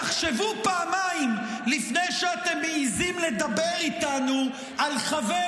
תחשבו פעמיים לפני שאתם מעיזים לדבר איתנו על חבר